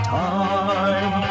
time